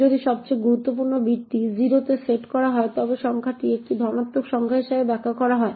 যদি সবচেয়ে গুরুত্বপূর্ণ বিটটি 0 তে সেট করা হয় তবে সংখ্যাটিকে একটি ধনাত্মক সংখ্যা হিসাবে ব্যাখ্যা করা হয়